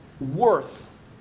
worth